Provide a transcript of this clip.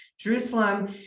Jerusalem